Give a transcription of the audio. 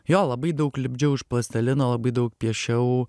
jo labai daug lipdžiau iš plastelino labai daug piešiau